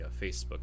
Facebook